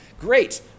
Great